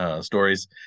stories